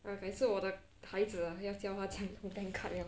ah 改次我的孩子我要教他们怎么用 bank card liao